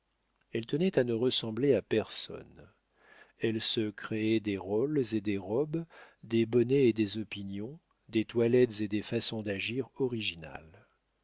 elle tenait à ne ressembler à personne elle se créait des rôles et des robes des bonnets et des opinions des toilettes et des façons d'agir originales